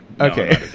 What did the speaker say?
okay